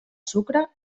sucre